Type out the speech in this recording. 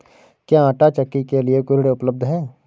क्या आंटा चक्की के लिए कोई ऋण उपलब्ध है?